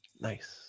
Nice